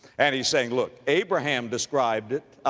and he's saying, look, abraham described it,